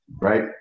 right